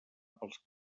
pels